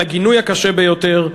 לגינוי הקשה ביותר,